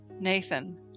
Nathan